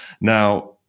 Now